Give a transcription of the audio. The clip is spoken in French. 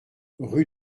rue